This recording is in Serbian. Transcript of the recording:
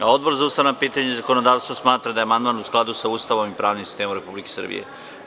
Odbor za ustavna pitanja i zakonodavstvo smatra da je amandman u skladu sa Ustavom i pravnim sistemom Republike Srbije.